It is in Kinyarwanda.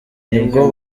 nibwo